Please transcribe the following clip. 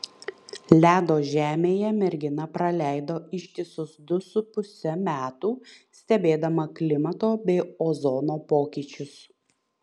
ledo žemėje mergina praleido ištisus du su puse metų stebėdama klimato bei ozono pokyčius